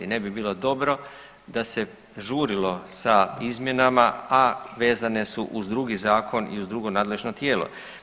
Ne bi bilo dobro da se žurilo sa izmjenama, a vezane su uz drugi zakon i uz drugo nadležno tijelo.